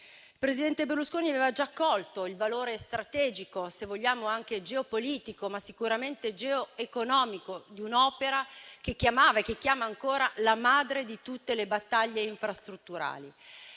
Il presidente Berlusconi aveva già colto il valore strategico, se vogliamo anche geopolitico, ma sicuramente geoeconomico di un'opera che chiamava e che chiama ancora la madre di tutte le battaglie infrastrutturali,